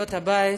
סיעות הבית,